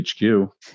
hq